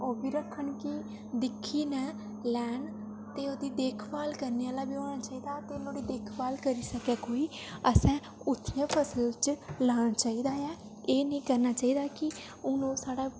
ओह् बी रक्खन कि दिक्खियै लैन ते ओह्दी देख भाल करने आह्ला बी होना चाहिदा ते नुहाड़ी देख भाल करी सकै कोई ते असें उच्चिएं फसल च लाना चाहिदा ऐ एह् निं करना चाहिदा कि हून ओह् साढ़ा